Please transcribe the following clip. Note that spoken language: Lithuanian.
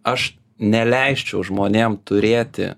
aš neleisčiau žmonėm turėti